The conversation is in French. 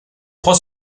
trois